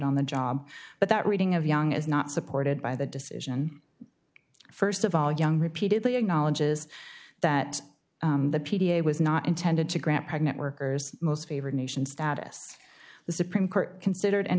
on the job but that reading of young is not supported by the decision st of all young repeatedly acknowledges that the p t a was not intended to grant pregnant workers most favored nation status the supreme court considered and